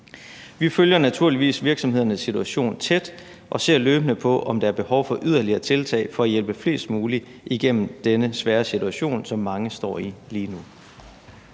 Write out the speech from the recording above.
Vi følger naturligvis virksomhedernes situation tæt og ser løbende på, om der er behov for yderligere tiltag for at hjælpe flest mulige igennem denne svære situation, som mange står i lige nu.